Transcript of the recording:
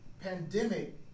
pandemic